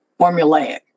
formulaic